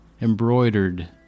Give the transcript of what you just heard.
embroidered